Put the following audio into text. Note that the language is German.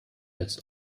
jetzt